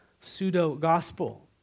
pseudo-gospel